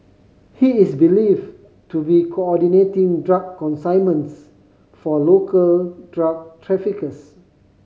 he is believed to be coordinating drug consignments for local drug traffickers